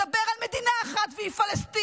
ומנהיגיו מדברים על מדינה אחת והיא פלסטין,